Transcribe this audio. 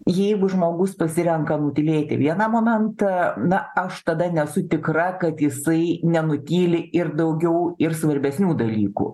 jeigu žmogus pasirenka nutylėti vieną momentą na aš tada nesu tikra kad jisai nenutyli ir daugiau ir svarbesnių dalykų